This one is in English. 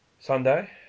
Sunday